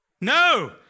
No